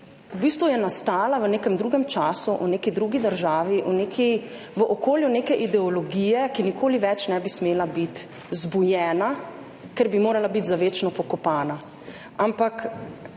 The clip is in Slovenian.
v bistvu je nastala v nekem drugem času, v neki drugi državi, v okolju neke ideologije, ki nikoli več ne bi smela biti zbujena, ker bi morala biti za večno pokopana, ampak